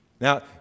Now